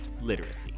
literacy